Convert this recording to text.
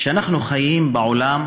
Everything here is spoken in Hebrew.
שאנחנו חיים בעולם,